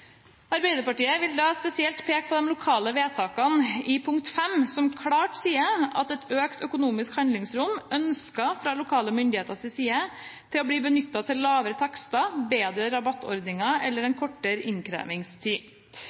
Arbeiderpartiet vil spesielt peke på de lokale vedtakene i punkt 5, som klart sier at et økt økonomisk handlingsrom ønskes fra de lokale myndigheters side å bli benyttet til lavere takster, bedre rabattordning eller kortere innkrevingstid.